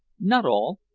not all.